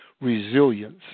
resilience